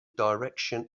direction